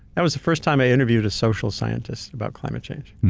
that was the first time i interviewed a social scientist about climate change.